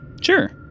Sure